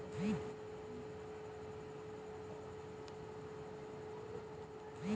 साहब लोन लेवे खातिर कुछ गिरवी रखल जरूरी बा?